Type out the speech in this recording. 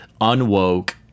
unwoke